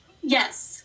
Yes